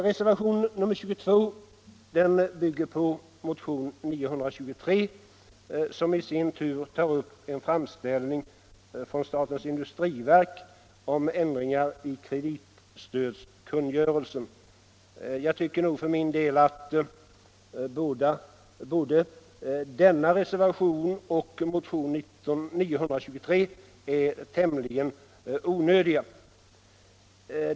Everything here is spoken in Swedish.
Reservationen 22 bygger på motionen 923, som i sin tur tar upp en framställning från statens industriverk om ändringar i kreditstödskungörelsen. Jag tycker nog för min del att både motionen och reservationen är tämligen onödiga.